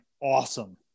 awesome